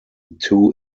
two